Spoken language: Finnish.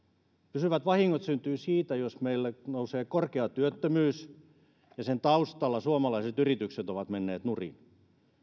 pysyvät vahingot syntyvät siitä jos meille nousee korkea työttömyys ja sen taustalla suomalaiset yritykset ovat menneet nurin